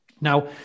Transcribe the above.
Now